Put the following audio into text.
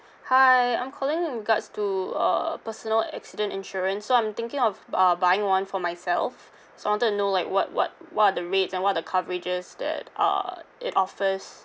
hi I'm calling in regards to uh personal accident insurance so I'm thinking of b~ uh buying one for myself so I wanted to know like what what what are the rates and what are the coverages that uh it offers